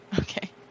Okay